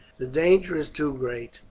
the danger is too great,